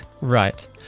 Right